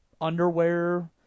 underwear